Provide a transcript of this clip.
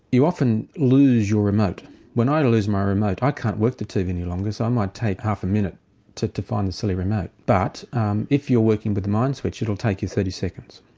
you often lose your remote when i lose my remote i can't work the tv any longer so i might take half a minute to to find the silly remote. but um if you're working with the mindswitch it'll take you thirty seconds.